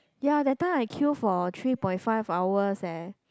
ya that time I queue for three point five hours eh